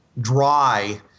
dry